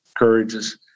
encourages